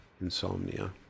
insomnia